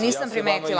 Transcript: Nisam primetila.